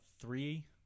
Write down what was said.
three